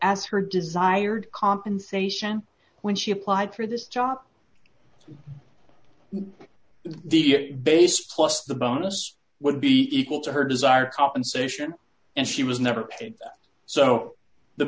as her desired compensation when she applied for this job the base plus the bonus would be equal to her desire compensation and she was never paid so the